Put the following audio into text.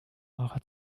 eurer